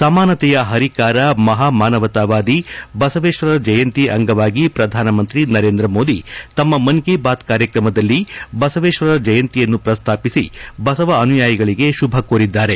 ಸಮಾನತೆಯ ಪರಿಕಾರ ಮಹಾ ಮಾನವತಾವಾದಿ ಬಸವೇಶ್ವರರ ಜಯಂತಿ ಅಂಗವಾಗಿ ಪ್ರಧಾನಮಂತ್ರಿ ನರೇಂದ್ರ ಮೋದಿ ತಮ್ನ ಮನ್ ಕೀ ಬಾತ್ ಕಾರ್ಯಕ್ರಮದಲ್ಲಿ ಬಸವೇಶ್ವರರ ಜಯಂತಿಯನ್ನು ಪ್ರಸ್ತಾಪಿಸಿ ಬಸವ ಅನುಯಾಯಿಗಳಿಗೆ ಶುಭ ಕೋರಿದ್ದಾರೆ